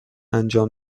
انجام